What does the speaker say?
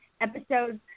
episodes